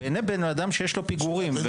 בן אדם שיש לו פיגורים.